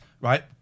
right